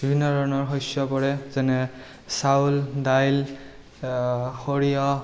বিভিন্ন ধৰণৰ শস্য পৰে যেনে চাউল দাইল সৰিয়হ